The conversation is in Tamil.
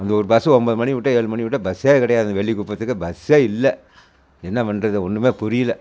அந்த ஒரு பஸ் ஒம்பது மணியை விட்டால் ஏழுமணி விட்டால் பஸ்ஸே கிடையாது வெள்ளிக்குப்பத்துக்கு பஸ்ஸே இல்லை என்ன பண்ணுறது ஒன்னுமே புரியல